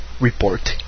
report